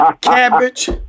Cabbage